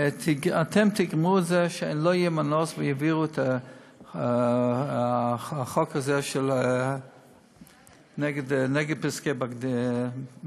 ואתם תגרמו לזה שלא יהיה מנוס ויעבירו את החוק הזה נגד פסקי בג"ץ.